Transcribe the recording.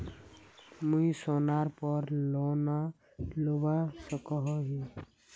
मुई सोनार पोर लोन लुबा सकोहो ही?